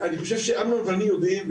אמנון ואני יודעים,